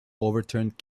overturned